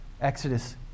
Exodus